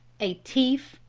a tief,